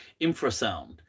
Infrasound